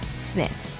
Smith